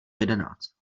jedenáct